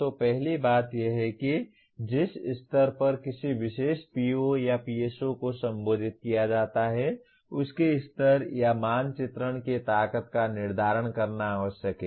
तो पहली बात यह है कि जिस स्तर पर किसी विशेष PO या PSO को संबोधित किया जाता है उसके स्तर या मानचित्रण की ताकत का निर्धारण करना आवश्यक है